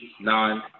nine